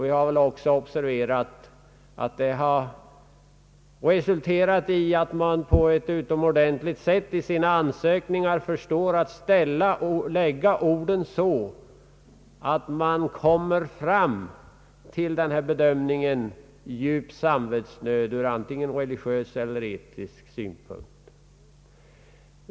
Vi har observerat att det har resulterat i att de som söker sådan tjänst förstår att på ett mycket skickligt sätt i sina ansökningar lägga orden så att man kommer fram till bedömningen »djup samvetsnöd» ur antingen religiös eller etisk synpunkt.